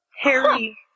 Harry